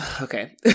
Okay